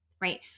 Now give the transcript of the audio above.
right